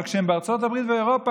אבל כשהם בארצות הברית ואירופה,